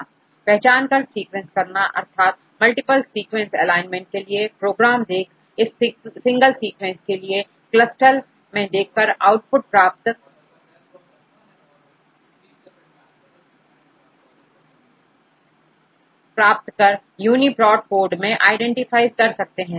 Refer Time 1013 पहचान कर sequence करना अर्थात आप मल्टीपल सीक्वेंस एलाइनमेंट के लिए प्रोग्राम देख इस सिंगल सीक्वेंस के लिए CLUSTAL मैं देखकर आउटपुट प्राप्त UniProt codeमैं आईडेंटिफाई कर सकते हैं